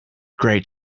great